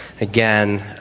again